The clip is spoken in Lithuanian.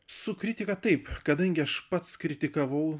su kritika taip kadangi aš pats kritikavau